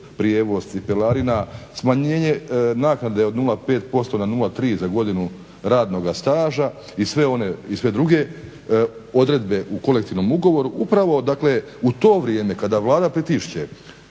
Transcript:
prijevoz, cipelarina, smanjenje naknade od 0,5% na 0,3 za godinu radnoga staža i sve druge odredbe u kolektivnom ugovoru. Upravo, dakle u to vrijeme kada Vlada pritišće